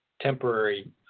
temporary